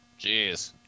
jeez